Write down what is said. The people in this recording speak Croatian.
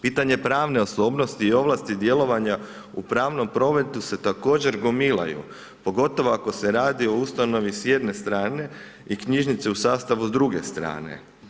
Pitanje pravne osobnosti i ovlasti djelovanja u pravnom prometu se također gomilaju pogotovo ako se radi o ustanovi s jedne strane i knjižnice u sastavu s druge strane.